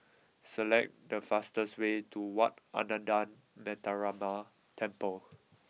select the fastest way to Wat Ananda Metyarama Temple